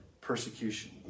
persecution